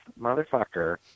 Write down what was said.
motherfucker